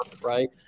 right